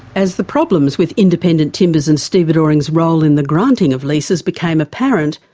as the problems with independent timbers and stevedoring's role in the granting of leases became apparent,